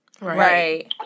Right